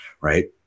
Right